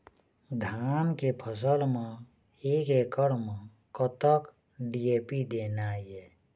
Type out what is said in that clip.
धान के फसल म एक एकड़ म कतक डी.ए.पी देना ये?